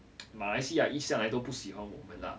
马来西亚一向来都不喜欢我们啦